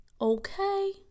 okay